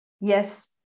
yes